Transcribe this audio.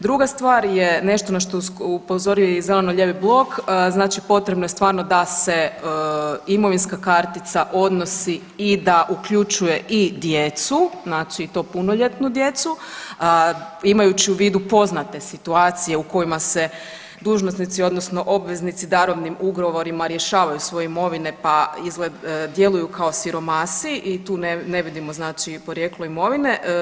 Druga stvar je nešto na što je upozorio i zeleno-lijevi blok, znači potrebno je stvarno da se imovinska kartica odnosi i da uključuje i djecu, znači i to punoljetnu djecu, imajući u vidu poznate situacije u kojima se dužnosnici, odnosno obveznici darovnim ugovorima rješavaju svoje imovine pa djeluju kao siromasi i tu ne vidimo znači i porijeklo imovine.